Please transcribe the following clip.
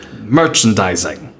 Merchandising